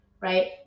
right